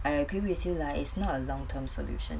I agree with you lah it's not a long term solution